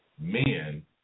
men